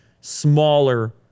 smaller